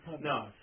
No